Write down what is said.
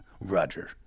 Roger